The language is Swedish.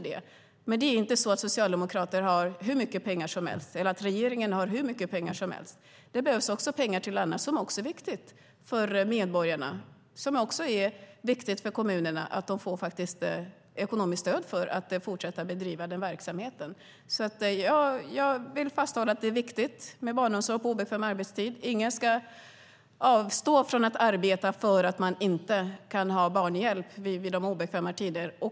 Det är inte så att socialdemokrater har hur mycket pengar som helst eller att regeringen har hur mycket pengar som helst. Det behövs pengar till annat som också är viktigt för medborgarna, som också är viktigt för kommunerna, till exempel att de får ekonomiskt stöd för att fortsätta att bedriva verksamheten. Jag vill hålla fast vid att det är viktigt med barnomsorg på obekväm arbetstid. Ingen ska behöva avstå från att arbeta för att de inte kan få barnhjälp under obekväma tider.